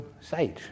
sage